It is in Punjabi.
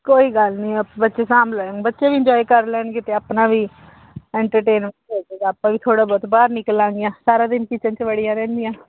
ਕੋਈ ਗੱਲ ਨਹੀਂ ਆਪ ਸਾਂਭ ਲੈਣ ਬੱਚੇ ਵੀ ਇੰਜੋਏ ਕਰ ਲੈਣਗੇ ਅਤੇ ਆਪਣਾ ਵੀ ਐਂਟਰਟੇਨ ਹੋ ਜਾਏਗਾ ਆਪਾਂ ਵੀ ਥੋੜ੍ਹਾ ਬਹੁਤ ਬਾਹਰ ਨਿਕਲਾਂਗੀਆਂ ਸਾਰਾ ਦਿਨ ਕਿਚਨ 'ਚ ਵੜੀਆਂ ਰਹਿੰਦੀਆਂ